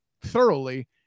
thoroughly